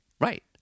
Right